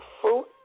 fruit